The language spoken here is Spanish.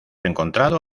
encontrado